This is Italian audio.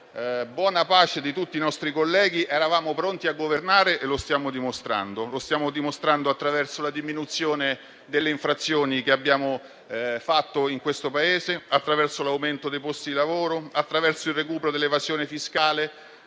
buona pace di tutti i nostri colleghi eravamo pronti a governare e lo stiamo dimostrando attraverso la diminuzione delle infrazioni che abbiamo raggiunto in questo Paese, attraverso l'aumento dei posti di lavoro, attraverso il recupero dell'evasione fiscale.